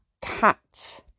cat